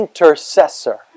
intercessor